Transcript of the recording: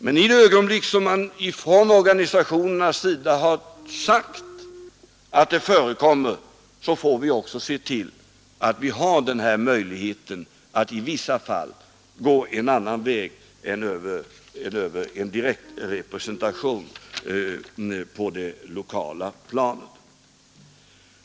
Men i det ögonblick som man från organisationernas sida säger att det förekommer trakasserier får vi också se till att vi har denna möjlighet att i vissa fall gå en annan väg än över en direkt representation på det lokala planet.